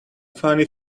funny